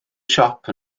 siop